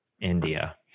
India